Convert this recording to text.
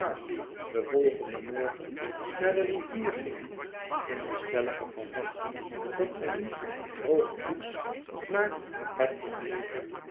den volgenden morgen naar de rivier gingen in de stellige verwachting dat zij nu droogvoets naar